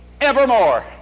evermore